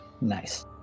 Nice